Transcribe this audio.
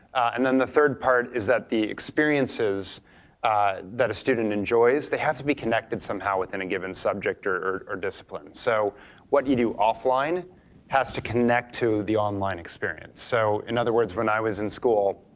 and then the third part is that the experiences that a student enjoys they have to be connected somehow within a given subject or or discipline, so what you do offline has to connect to the online experience. so in other words, when i was in school